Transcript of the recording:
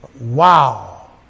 Wow